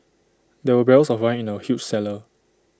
there were barrels of wine in the huge cellar